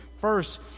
first